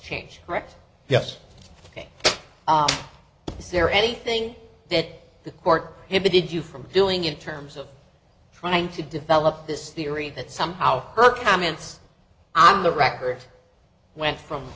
change right yes ok is there anything that the court had to get you from doing in terms of trying to develop this theory that somehow her comments on the record went from